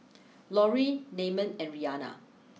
Lorrie Namon and Rhianna